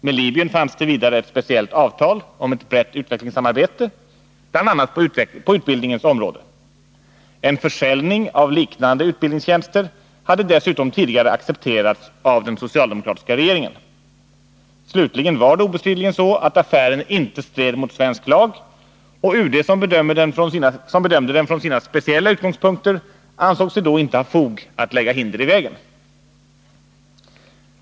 Med Libyen fanns det vidare ett speciellt avtal om ett brett utvecklingssamarbete, bl.a. på utbildningens område. En försäljning av liknande utbildningstjänster hade dessutom tidigare accepterats av den socialdemokratiska regeringen. Slutligen var det obestridligen så att affären inte stred mot svensk lag, och utrikesdepartementet, som bedömde den från sina speciella utgångspunkter, ansåg sig då inte ha fog för att lägga hinder i vägen.